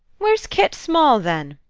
where's kit small, then?